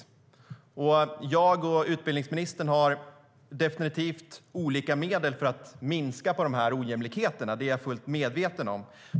Jag och utbildningsministern har definitivt olika medel för att minska på dessa ojämlikheter, det är jag fullt medveten om.